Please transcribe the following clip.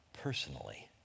personally